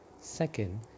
Second